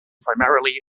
primarily